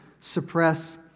suppress